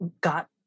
got